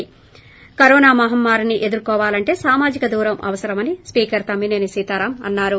ి కరోనా మహమ్మారిని ఎదుర్కోవాలంటే సామాజిక దూరం అవసరమని స్పీకర్ తమ్మి సేని సీతారాం అన్నారు